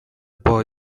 boy